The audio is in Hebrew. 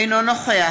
אינו נוכח